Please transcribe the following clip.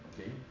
okay